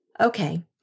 Okay